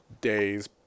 days